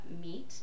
meat